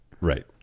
Right